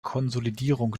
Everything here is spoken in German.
konsolidierung